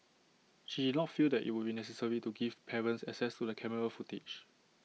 she did not feel that IT would be necessary to give parents access to the camera footage